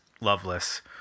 Loveless